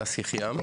הדס יחיעם.